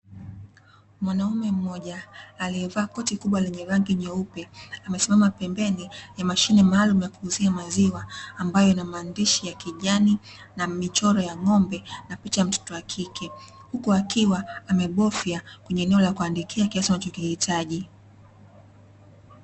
Mwanaume mmoja aliyevaa koti kubwa lenye rangi nyeupe amesimama pembeni ya mashine maalum ya kuuzia maziwa, ambayo ina maandishi ya kijani na michoro ya ng'ombe na picha ya mtoto wa kike, huko akiwa amegofya kwenye eneo la kuandikia kiasi unachokihitaji.